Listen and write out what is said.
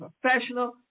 professional